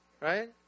Right